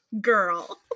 Girl